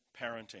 parenting